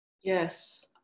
Yes